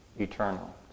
eternal